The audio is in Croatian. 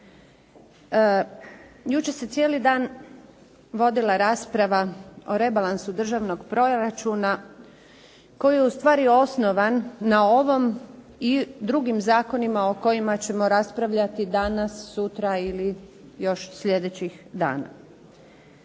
Jučer se cijeli dan vodila rasprava o Rebalansu državnog proračuna koji je ustvari osnovan na ovom i drugim zakonima o kojima ćemo raspravljati danas, sutra ili još sljedećih dana.